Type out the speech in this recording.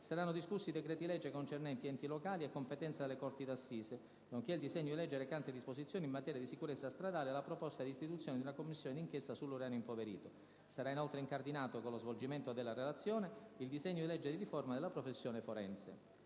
saranno discussi i decreti-legge concernenti enti locali e competenza delle Corti d'assise, nonché il disegno di legge recante disposizioni in materia di sicurezza stradale e la proposta di istituzione di una Commissione di inchiesta sull'uranio impoverito. Sarà inoltre incardinato, con lo svolgimento della relazione, il disegno dì legge di riforma della professione forense.